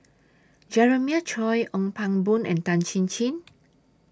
Jeremiah Choy Ong Pang Boon and Tan Chin Chin